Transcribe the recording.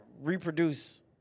reproduce